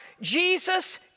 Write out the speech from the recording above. Jesus